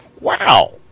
wow